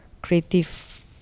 Creative